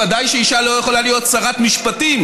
ודאי שאישה לא יכולה להיות שרת משפטים,